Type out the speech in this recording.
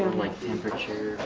like temperature,